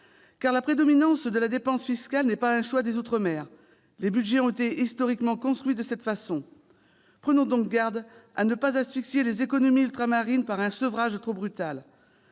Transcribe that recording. la prédominance de la dépense fiscale n'est pas un choix des outre-mer, les budgets ayant été historiquement construits de cette façon. Prenons donc garde à ne pas asphyxier les économies ultramarines par un sevrage trop brutal.